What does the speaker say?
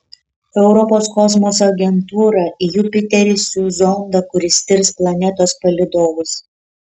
europos kosmoso agentūra į jupiterį siųs zondą kuris tirs planetos palydovus